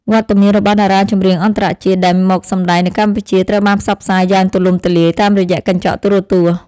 វត្តមានរបស់តារាចម្រៀងអន្តរជាតិដែលមកសម្តែងនៅកម្ពុជាត្រូវបានផ្សព្វផ្សាយយ៉ាងទូលំទូលាយតាមរយៈកញ្ចក់ទូរទស្សន៍។